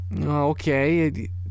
okay